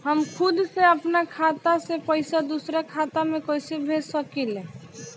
हम खुद से अपना खाता से पइसा दूसरा खाता में कइसे भेज सकी ले?